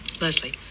Leslie